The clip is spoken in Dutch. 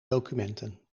documenten